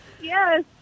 Yes